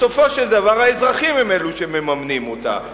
בסופו של דבר האזרחים הם אלו שמממנים אותה.